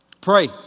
Pray